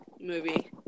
movie